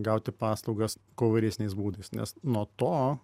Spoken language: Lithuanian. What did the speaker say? gauti paslaugas kuo įvairesniais būdais nes nuo to